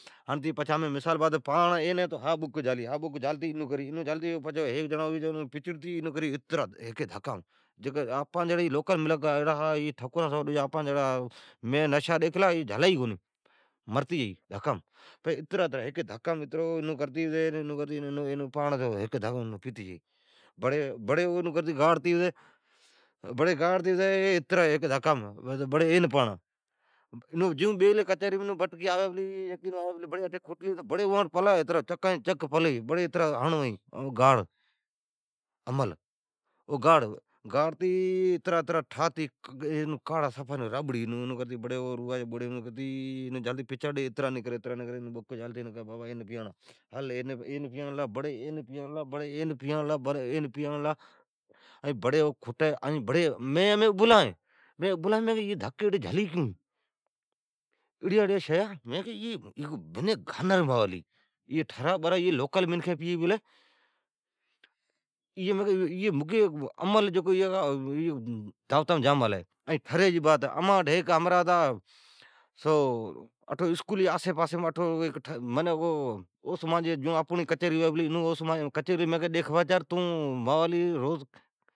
مثال بات پیاڑنا این ہی تو ھا بک جھالی۔ ھا بک جھالتی ایو کری پچھی ھیک جیڑان پچڑناڑا ھوی پچڑی ھیکی دھکام اترا اترا۔ مین ڈیکھلی آپنی جکو ھین ٹھکران سوا ڈجی کون ھا نشا جھلی ئی کونی۔ مرتی جائی ھیکی دھکام، پچھی ایون ھیکی دھکام پیتی جائی۔ بڑی گاڑتی پتی اترا ھیکی دھکام این پاڑان۔ کچاری ایون بیلی ھی بٹکی آوی پلی۔ بڑی اویتھ پلا ہے چکا ن جی چک اواٹھ میلوڑی پلی ھی اترا اترا ھڑ مئین گاڑ امل۔ گاڑ، گاڑتین اترا اترا بٹکی برھوڑی پلی ہے صفا رابڑی روا جا بڑا ناکھتی ڈیئی پچڑ۔ بڑی این پیاڑلا، بڑی این پیاڑلا بڑی، این پیاڑلا مین متھی ابھلا ھین۔ مین کین ایی ایڑی دھک جھلین کیون، مین کی ایی صفا کھانر موالی ھی، لوکل منکھین پی پلین پر مین کین عمل داوتام جام ھلی۔ ٹھری جی بات، امچی آسی پاسی جی ھیکی منکھان سون کچھری ھلی مین اون کیلی ڈی خبر تون موالی روز